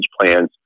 plans